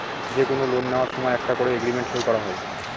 যে কোনো লোন নেওয়ার সময় একটা করে এগ্রিমেন্ট সই করা হয়